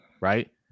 right